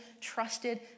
trusted